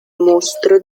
mostro